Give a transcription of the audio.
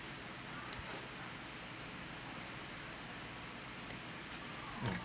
mm